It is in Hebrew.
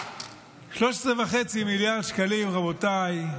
ב-13.5 מיליארד שקלים, רבותיי,